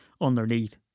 underneath